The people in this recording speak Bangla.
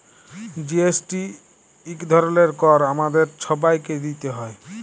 জি.এস.টি ইক ধরলের কর আমাদের ছবাইকে দিইতে হ্যয়